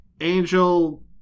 Angel